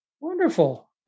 Wonderful